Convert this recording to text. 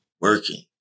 working